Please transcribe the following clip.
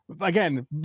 Again